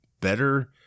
better